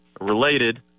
related